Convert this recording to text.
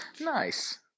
Nice